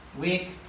week